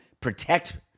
protect